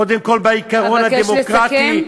קודם כול בעיקרון הדמוקרטי, אבקש לסכם.